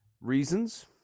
Reasons